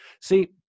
See